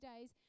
days